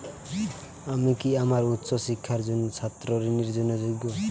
আমি কি আমার উচ্চ শিক্ষার জন্য ছাত্র ঋণের জন্য যোগ্য?